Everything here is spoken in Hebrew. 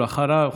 ואחריו,